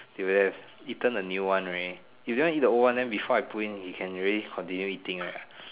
should have eaten the new one right if it wanna eat the old one then before I put in it can already continued eating right